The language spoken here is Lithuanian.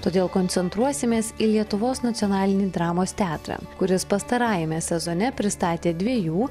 todėl koncentruosimės į lietuvos nacionalinį dramos teatrą kuris pastarajame sezone pristatė dviejų